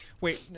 Wait